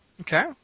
Okay